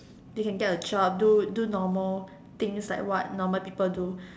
they can get a job do do normal things like what normal people do